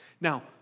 Now